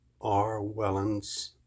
R.wellens